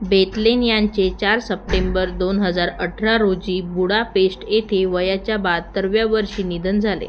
Bethlen यांचे चार September दोन हजार अठरा रोजी बुडापेश्ट येथे वयाच्या बाहत्तराव्या वर्षी निधन झाले